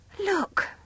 Look